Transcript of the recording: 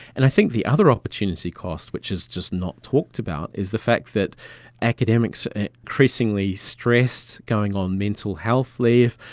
and i think the other opportunity cost, which is just not talked about, is the fact that academics are increasingly stressed, going on mental health leave.